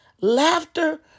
Laughter